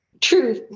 true